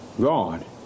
God